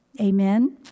Amen